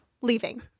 leaving